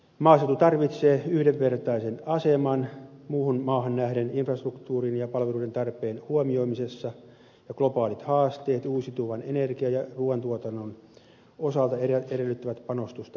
maaseutu tarvitsee yhdenvertaisen aseman muuhun maahan nähden infrastruktuurin ja palveluiden tarpeen huomioimisessa ja globaalit haasteet uusiutuvan energian ja ruuan tuotannon osalta edellyttävät panostusta osaamiseen